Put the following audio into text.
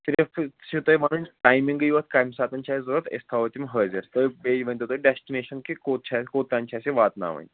صرِف چھُو تۄہہِ وَنُن ٹایمِنٛگٕے یوت کَمہِ ساتہٕ چھِ اَسہِ ضروٗرت أسۍ تھاوَو تِم حٲضِر تُہۍ بیٚیہِ ؤنۍتَو تُہۍ ڈیسٹِنیشَن کہِ کوٚت چھِ اَسہِ کوٚت تام چھِ اَسہِ یہِ واتناوٕنۍ